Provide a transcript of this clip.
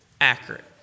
accurate